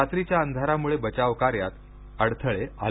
रात्रीच्या अंधारामुळे बचाव कार्यात अडथळे आले